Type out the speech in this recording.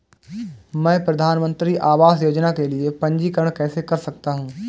मैं प्रधानमंत्री आवास योजना के लिए पंजीकरण कैसे कर सकता हूं?